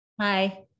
Hi